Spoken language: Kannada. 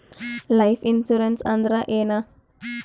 ಲೈಫ್ ಇನ್ಸೂರೆನ್ಸ್ ಅಂದ್ರ ಏನ?